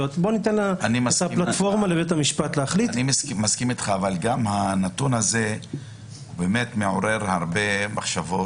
אורז פלפלים או כל מפעל אחר,